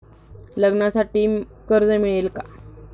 लग्नासाठी कर्ज मिळेल का?